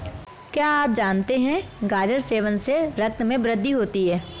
क्या आप जानते है गाजर सेवन से रक्त में वृद्धि होती है?